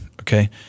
okay